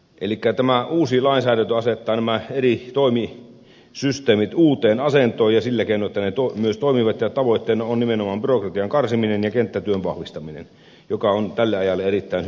elikkä tämä uusi lainsäädäntö asettaa nämä eri toimisysteemit uuteen asentoon ja sillä keinoin että ne myös toimivat ja tavoitteena on nimenomaan byrokratian karsiminen ja kenttätyön vahvistaminen mikä on tälle ajalle erittäin hyvä tavoite